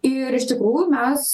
ir iš tikrųjų mes